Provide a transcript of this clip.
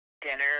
dinner